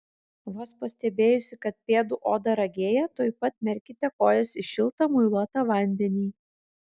vos pastebėjusi kad pėdų oda ragėja tuoj pat merkite kojas į šiltą muiluotą vandenį